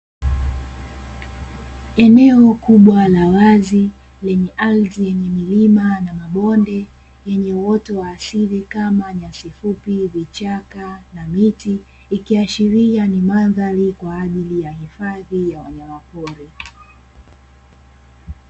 Eneo kubwa la wazi lenye ardhi yenye milima na mabonde; yenye uoto wa asili kama: nyasi fupi, vichaka na miti, ikiashiria ni mandhari kwa ajili ya hifadhi ya wanyamapori.